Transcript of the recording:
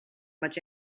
much